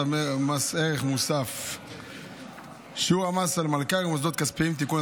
צו מס ערך מוסף (שיעור המס על מלכ"רים ומוסדות כספיים) (תיקון),